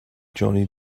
johnny